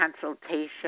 consultation